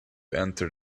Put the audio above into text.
entered